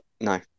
no